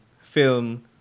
film